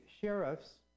sheriffs